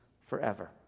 forever